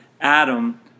Adam